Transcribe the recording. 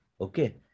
Okay